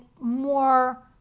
more